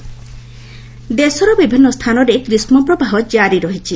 hit wave ଦେଶର ବିଭିନ୍ନ ସ୍ଥାନରେ ଗ୍ରୀଷ୍କପ୍ରବାହ କାରି ରହିଛି